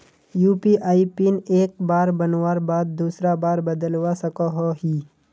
UPI PIN एक बार बनवार बाद दूसरा बार बदलवा सकोहो ही?